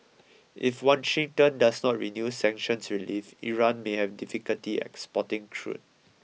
if Washington does not renew sanctions relief Iran may have difficulty exporting crude